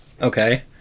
Okay